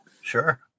Sure